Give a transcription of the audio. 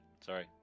Sorry